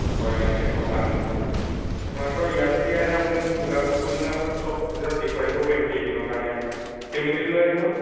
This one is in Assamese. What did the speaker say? ভয় নাই তেনেকুৱা পানীও কম আপোনালোকৰ ইয়াত যদি আহে আপুনি মোক যোগাযোগ কৰিলে আপোনাক চব তেতিয়া দেখুৱাই দিব পাৰিম কেইদিনৰ কাৰণে আহে ফেমিলি লৈ আহিবনে